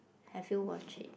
have you watch it